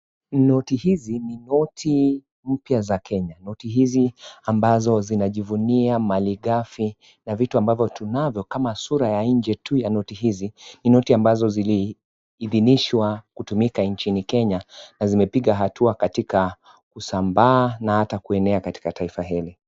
Noti hizi ni noti mpya za Kenya, noti hizi ambazo zinajivunia malighafi ya vitu ambavyo tunavyo kama sura ya nje tu ya noti hizi, ni noti ambazo zilihidhinishwa kutumika nchini Kenya na zimepiga hatua katika kusambaa na hata kuenea katika taifa hili.